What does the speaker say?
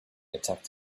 attacked